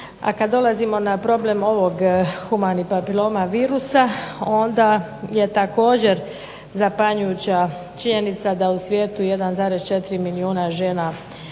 A kad dolazimo na problem ovog humani papiloma virusa, onda je također zapanjujuća činjenica da u svijetu 1,4 milijuna žena